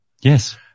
Yes